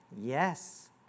Yes